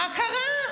מה קרה?